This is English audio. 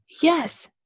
Yes